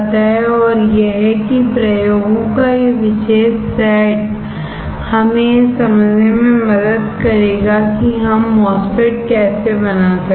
और यह कि प्रयोगों का वह विशेष सेट हमें यह समझने में मदद करेगा कि हम MOSFET कैसे बना सकते हैं